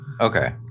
okay